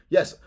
Yes